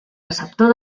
receptor